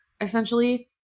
essentially